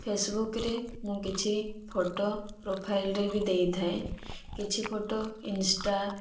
ଫେସବୁକ୍ରେ ମୁଁ କିଛି ଫଟୋ ପ୍ରୋଫାଇଲ୍ରେ ବି ଦେଇଥାଏ କିଛି ଫଟୋ ଇନ୍ଷ୍ଟା